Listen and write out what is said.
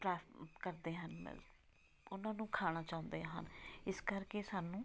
ਟਰਾ ਕਰਦੇ ਹਨ ਉਹਨਾਂ ਨੂੰ ਖਾਣਾ ਚਾਹੁੰਦੇ ਹਨ ਇਸ ਕਰਕੇ ਸਾਨੂੰ